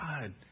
God